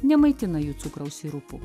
nemaitina jų cukraus sirupu